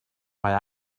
mae